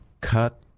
cut